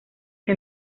que